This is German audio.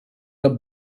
der